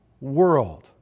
world